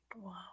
Wow